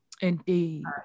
Indeed